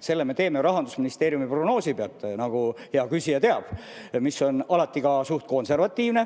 Selle me teeme Rahandusministeeriumi prognoosi põhjal, nagu hea küsija teab, mis on alati ka suhteliselt konservatiivne.